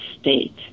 state